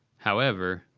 however,